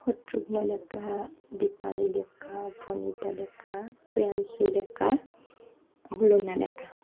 শত্ৰুঘ্ন ডেকা দীপালি ডেকা ভনিতা ডেকা প্ৰিয়াংশু ডেকা ব্লোনা ডেকা